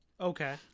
Okay